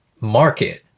market